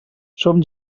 som